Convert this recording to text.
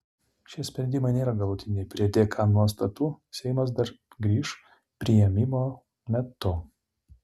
šie sprendimai nėra galutiniai prie dk nuostatų seimas dar grįš priėmimo metu